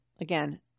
again